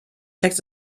text